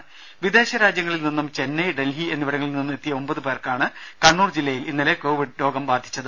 രുമ വിദേശ രാജ്യങ്ങളിൽ നിന്നും ചെന്നൈ ഡൽഹി എന്നിവിടങ്ങളിൽ നിന്നും എത്തിയ ഒമ്പത് പേർക്കാണ് കണ്ണൂർ ജില്ലയിൽ കോവിഡ് രോഗം ബാധിച്ചത്